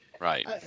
Right